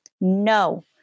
No